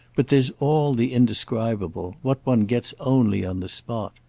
but there's all the indescribable what one gets only on the spot.